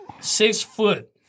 six-foot